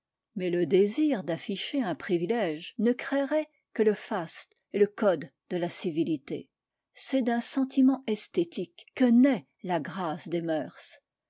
mais le désir d'alficher un privilège ne créerait que le faste et le gode de la civilité c'est d'un sentiment esthétique que naît la grâce des mœurs